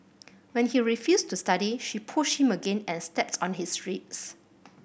when he refused to study she pushed him again and stepped on his ribs